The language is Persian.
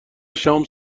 شام